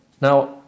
Now